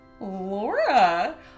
Laura